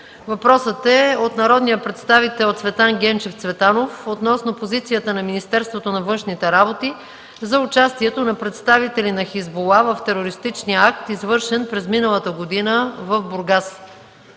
Въпросът е от народния представител Цветан Генчев Цветанов относно позицията на Министерството на външните работи за участието на представители на „Хизбула” в терористичния акт, извършен през миналата година в Бургас.